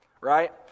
right